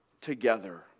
together